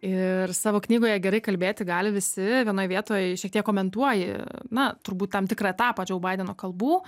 ir savo knygoje gerai kalbėti gali visi vienoj vietoj šiek tiek komentuoji na turbūt tam tikrą etapą džo baideno kalbų